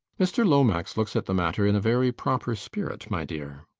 mr lomax looks at the matter in a very proper spirit, my dear.